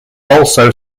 also